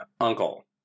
Uncle